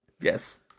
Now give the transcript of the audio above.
Yes